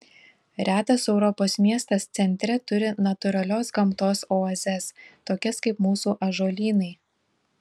retas europos miestas centre turi natūralios gamtos oazes tokias kaip mūsų ąžuolynai